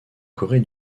corée